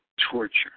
torture